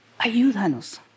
ayúdanos